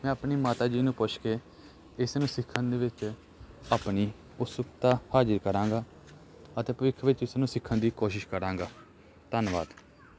ਮੈਂ ਆਪਣੀ ਮਾਤਾ ਜੀ ਨੂੰ ਪੁੱਛ ਕੇ ਇਸ ਨੂੰ ਸਿੱਖਣ ਦੇ ਵਿੱਚ ਆਪਣੀ ਉਤਸੁਕਤਾ ਹਾਜ਼ਰ ਕਰਾਂਗਾ ਅਤੇ ਭਵਿੱਖ ਵਿੱਚ ਇਸ ਨੂੰ ਸਿੱਖਣ ਦੀ ਕੋਸ਼ਿਸ਼ ਕਰਾਂਗਾ ਧੰਨਵਾਦ